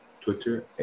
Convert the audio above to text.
Twitter